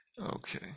Okay